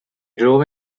drove